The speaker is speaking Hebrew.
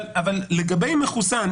אבל לגבי מחוסן,